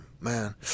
man